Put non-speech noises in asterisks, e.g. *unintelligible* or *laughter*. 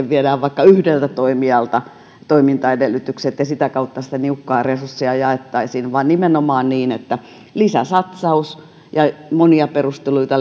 *unintelligible* viedään vaikka yhdeltä toimijalta toimintaedellytykset ja sitä kautta sitä niukkaa resurssia jaetaan vaan nimenomaan lisäsatsauksella ja monia perusteluita *unintelligible*